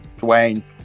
Dwayne